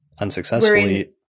unsuccessfully